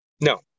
No